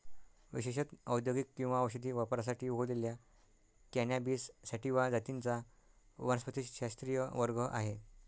विशेषत औद्योगिक किंवा औषधी वापरासाठी उगवलेल्या कॅनॅबिस सॅटिवा जातींचा वनस्पतिशास्त्रीय वर्ग आहे